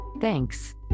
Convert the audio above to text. Thanks